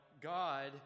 God